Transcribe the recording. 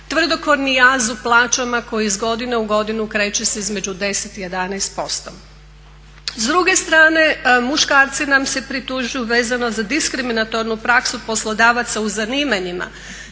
tvrdokorni jaz u plaćama koji iz godine u godinu kreće se između 10 i 11%. S druge strane muškarci nam se pritužuju vezano za diskriminatornu praksu poslodavaca u zanimanjima